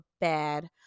bad